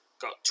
got